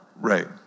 Right